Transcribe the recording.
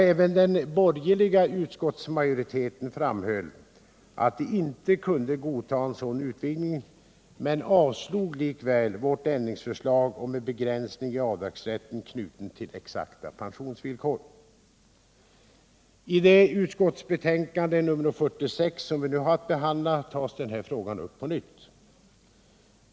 Även den borgerliga utskottsmajoriteten framhöll att man inte kunde godta en sådan utvidning men avslog likväl vårt ändringsförslag om en begränsning i avdragsrätten knuten till exakta pensionsvillkor. I det utskottsbetänkande som vi nu har att behandla tas den här frågan upp på nytt.